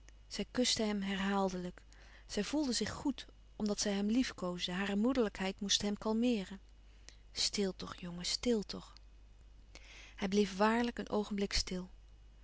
zij kuste hem herhaaldelijk zij voelde zich goéd omdat zij hem liefkoosde hare moederlijkheid moest hem kalmeeren stil toch jongen stil toch hij bleef waarlijk een oogenblik stil